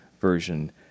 version